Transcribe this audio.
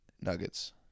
Nuggets